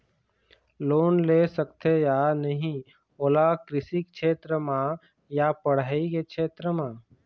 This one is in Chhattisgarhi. लोन ले सकथे या नहीं ओला कृषि क्षेत्र मा या पढ़ई के क्षेत्र मा?